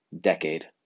decade